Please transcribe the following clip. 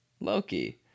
Loki